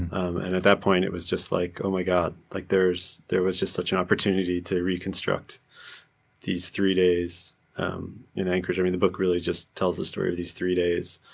and at that point, it was just, like oh my god. like there was just such an opportunity to reconstruct these three days in anchorage. i mean the book really just tells the story of these three days.